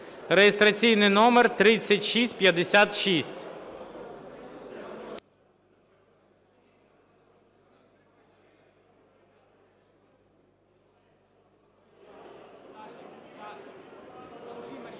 реєстраційним номером 3651.